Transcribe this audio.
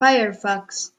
firefox